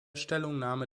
stellungnahme